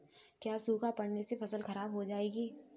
क्या सूखा पड़ने से फसल खराब हो जाएगी?